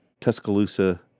Tuscaloosa